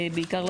בעיקר,